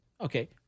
Okay